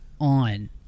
on